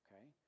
okay